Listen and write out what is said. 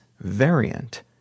variant